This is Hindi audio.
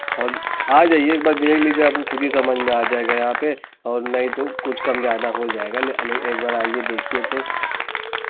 और आ जाइए एक बार देख लीजिए आपको खुद ही समझ में आ जाएगा यहाँ पर और नहीं तो कुछ कम ज़्यादा हो जाएगा ल् ल् एक बार आइए देखिए तो